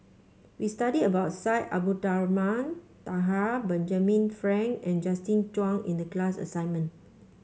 we studied about Syed Abdulrahman Taha Benjamin Frank and Justin Zhuang in the class assignment